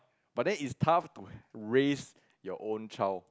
but then it's tough to raise your own child